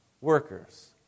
workers